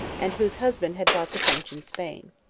and whose husband had fought the french in spain.